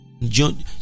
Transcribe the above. John